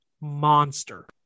monster